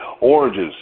Oranges